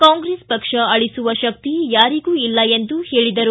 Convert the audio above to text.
ಕಾಂಗ್ರೆಸ್ ಅಳಿಸುವ ಶಕ್ತಿ ಯಾರಿಗೂ ಇಲ್ಲ ಎಂದು ಹೇಳಿದರು